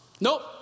Nope